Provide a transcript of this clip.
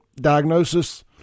diagnosis